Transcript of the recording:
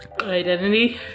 Identity